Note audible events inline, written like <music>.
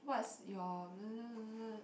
what's your <noise>